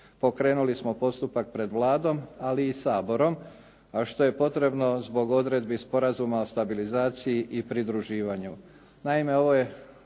pokrenuli smo postupak pred Vladom, ali i Saborom, a što je potrebno zbog odredbi Sporazuma o stabilizaciji i pridruživanju.